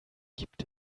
gibt